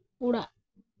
ᱚᱲᱟᱜ